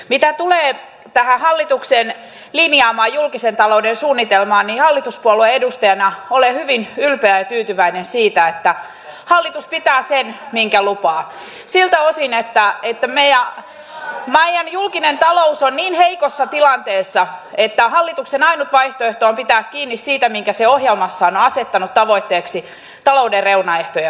mitä tulee tähän hallituksen linjaamaan julkisen talouden suunnitelmaan niin hallituspuolueen edustajana olen hyvin ylpeä ja tyytyväinen siitä että hallitus pitää sen minkä lupaa siltä osin että meidän julkinen taloutemme on niin heikossa tilanteessa että hallituksen ainut vaihtoehto on pitää kiinni siitä minkä se ohjelmassaan on asettanut tavoitteeksi talouden reunaehtojen osalta